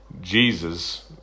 Jesus